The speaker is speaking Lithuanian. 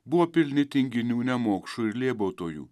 buvo pilni tinginių nemokšų ir lėbautojų